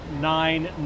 nine